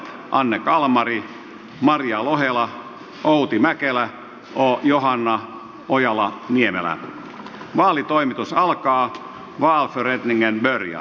anne kalmari maria lohela outi mäkelä ja johanna ojala niemelän vaalitoimitus alkaa vaasan etninen väri ja